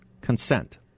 Consent